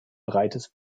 breites